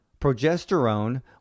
progesterone